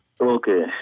Okay